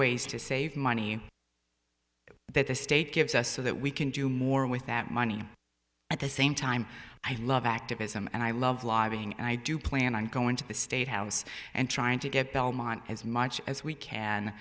ways to save money that the state gives us so that we can do more with that money at the same time i love activism and i love lobbying and i do plan on going to the state house and trying to get belmont as much as we can